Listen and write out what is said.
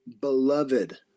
Beloved